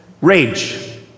Rage